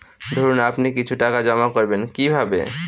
ধরুন আপনি কিছু টাকা জমা করবেন কিভাবে?